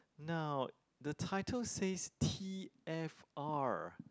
now the title says T_F_R